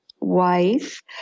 wife